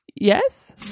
Yes